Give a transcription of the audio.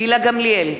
גילה גמליאל,